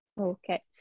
okay